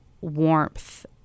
warmth